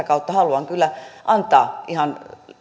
kautta haluan kyllä antaa ihan